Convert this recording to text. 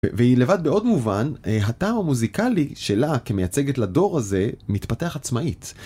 והיא לבד בעוד מובן, הטעם המוזיקלי שלה כמייצגת לדור הזה מתפתח עצמאית.